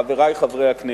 חברי חברי הכנסת,